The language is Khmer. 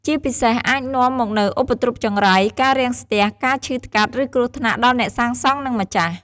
ជាពិសេសអាចនាំមកនូវឧបទ្រពចង្រៃ ការរាំងស្ទះ ការឈឺថ្កាត់ ឬគ្រោះថ្នាក់ដល់អ្នកសាងសង់ និងម្ចាស់។